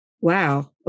Wow